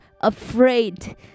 afraid